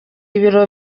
ibiro